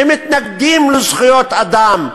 שמתנגדים לזכויות אדם,